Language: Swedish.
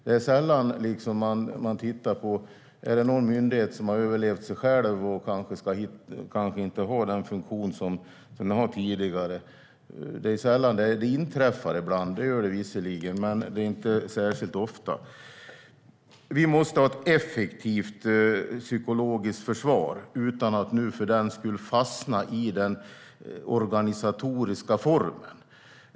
Det är sällan man tittar på om någon myndighet har överlevt sig själv och kanske inte har den funktion som den haft tidigare. Det inträffar visserligen ibland, men det är inte särskilt ofta. Vi måste ha ett effektivt psykologiskt försvar utan att för den skull fastna i den organisatoriska formen.